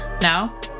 Now